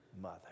mother